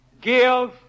give